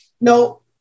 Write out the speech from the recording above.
No